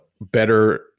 better